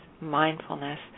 mindfulness